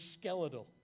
skeletal